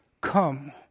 Come